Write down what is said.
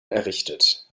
errichtet